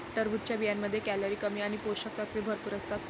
टरबूजच्या बियांमध्ये कॅलरी कमी आणि पोषक तत्वे भरपूर असतात